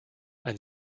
ein